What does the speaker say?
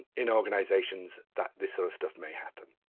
in organisations, that this sort of stuff may happen.